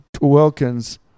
Wilkins